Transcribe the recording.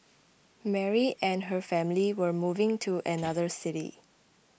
Mary and her family were moving to another city